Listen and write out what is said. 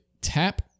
tap